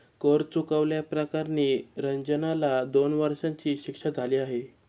कर चुकवल्या प्रकरणी रंजनला दोन वर्षांची शिक्षा झाली होती